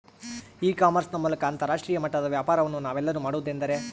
E commerce ನ ಮೂಲಕ ಅಂತರಾಷ್ಟ್ರೇಯ ಮಟ್ಟದ ವ್ಯಾಪಾರವನ್ನು ನಾವೆಲ್ಲರೂ ಮಾಡುವುದೆಂದರೆ?